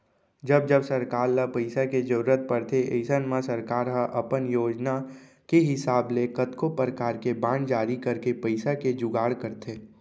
जब जब सरकार ल पइसा के जरूरत परथे अइसन म सरकार ह अपन योजना के हिसाब ले कतको परकार के बांड जारी करके पइसा के जुगाड़ करथे